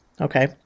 Okay